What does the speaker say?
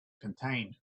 contained